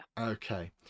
okay